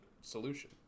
solution